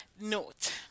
Note